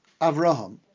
Avraham